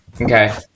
Okay